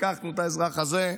לקחנו את האזרח הזה,